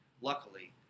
Luckily